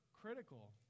critical